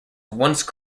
once